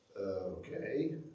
Okay